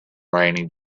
raining